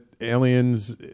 aliens